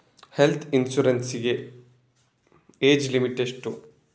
Health insurance ಗೆ age limit ಎಷ್ಟು?